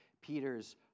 Peter's